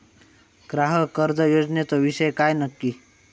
ग्राहक कर्ज योजनेचो विषय काय नक्की?